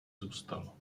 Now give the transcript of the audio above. zůstalo